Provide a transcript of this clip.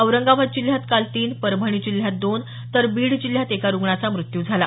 औरंगाबाद जिल्ह्यात काल तीन परभणी जिल्ह्यात दोन तर बीड जिल्ह्यात एका रुग्णांचा मृत्यू झाला